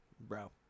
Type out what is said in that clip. Bro